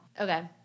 Okay